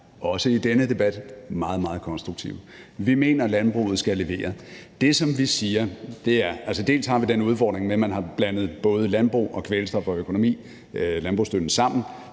også i denne debat, meget, meget konstruktive. Vi mener, at landbruget skal levere. Det, som vi siger, er, at vi bl.a. har den udfordring, at man har blandet både landbrug, kvælstof, økonomi og landbrugsstøtte sammen.